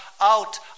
out